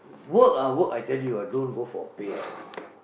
work ah work I tell you ah don't go for pay lah